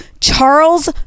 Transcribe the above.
Charles